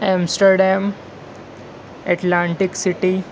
Amsterdam atlantic city